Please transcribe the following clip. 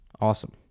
Awesome